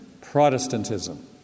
Protestantism